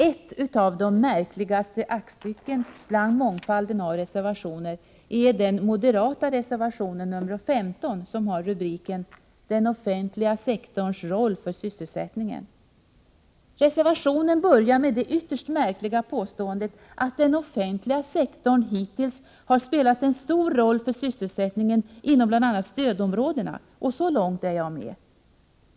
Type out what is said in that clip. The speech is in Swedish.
Ett av de märkligaste aktstyckena bland mångfalden av reservationer är den moderata reservationen nr 15, som har rubriken Den offentliga sektorns roll för sysselsättningen. Reservationen inleds med det ytterst märkliga påståendet att den offentliga sektorn hittills har spelat en stor roll för sysselsättningen inom bl.a. stödområdena, och så långt är jag med.